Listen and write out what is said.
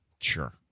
Sure